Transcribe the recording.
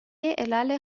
علل